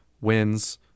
wins